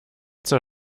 zur